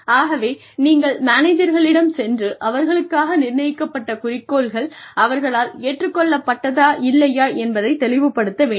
ஆகவே நீங்கள் மேனேஜர்களிடம் சென்று அவர்களுக்காக நிர்ணயிக்கப்பட்ட குறிக்கோள்கள் அவர்களால் ஏற்றுக் கொள்ளப்பட்டதா இல்லையா என்பதை தெளிவுப்படுத்த வேண்டும்